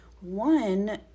One